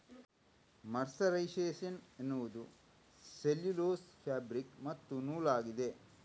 mercerisation ಎನ್ನುವುದು cellulose fabric ಮತ್ತು ನೂಲಾಗಿದೆ